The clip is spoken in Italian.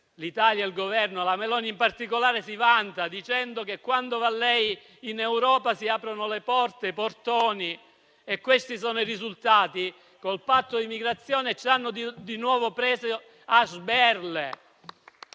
L'Italia e il Governo si vantano - ma la Meloni in particolare si vanta - dicendo che, quando va lei in Europa, si aprono le porte ed i portoni. E questi sono i risultati? Con il patto di migrazione ci hanno di nuovo preso a sberle.